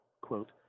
quote